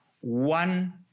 one